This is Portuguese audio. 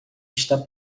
está